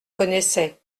connaissait